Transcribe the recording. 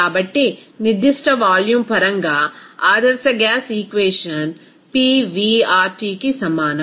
కాబట్టి నిర్దిష్ట వాల్యూమ్ పరంగా ఆదర్శ గ్యాస్ ఈక్వేషన్ Pv RTకి సమానం